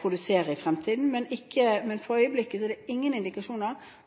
produsere i fremtiden, men for øyeblikket er det ingen indikasjoner